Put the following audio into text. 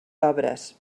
obres